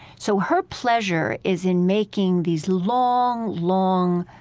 so her pleasure is in making these long, long,